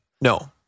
no